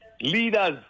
Leaders